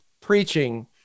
preaching